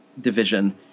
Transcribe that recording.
division